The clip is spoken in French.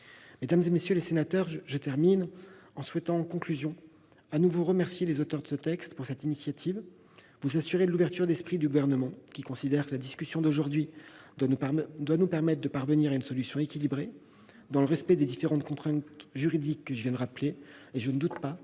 Mesdames, messieurs les sénateurs, je souhaite pour finir remercier de nouveau les auteurs de ce texte pour leur initiative et vous assurer de l'ouverture d'esprit du Gouvernement. La discussion d'aujourd'hui doit nous permettre de parvenir à une solution équilibrée, dans le respect des différentes contraintes juridiques que je viens de rappeler. Je ne doute pas